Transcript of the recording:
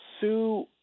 sue